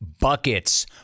Buckets